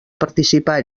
participar